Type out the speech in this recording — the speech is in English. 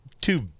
two